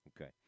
okay